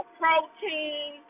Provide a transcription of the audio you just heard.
protein